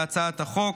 בהצעת החוק,